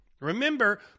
Remember